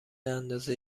اندازه